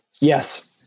Yes